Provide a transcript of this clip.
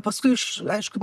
paskui aš aišku